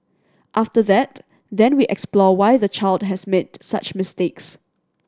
after that then we explore why the child has made such mistakes